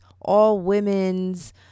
all-women's